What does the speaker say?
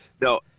no